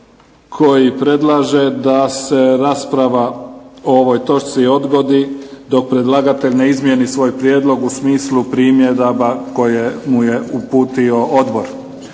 koji predlaže da se rasprava o ovoj točci odgodi dok predlagatelj ne izmijeni svoj prijedlog u smislu primjedaba koje mu je uputio odbor.